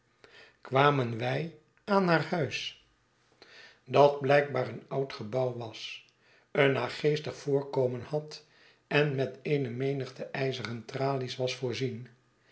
kwamen wij aan haar huis dat blijkbaar een oud gebouw was een naargeestig voorkomen had en met eene menigte ijzeren tralies was voorzien